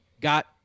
got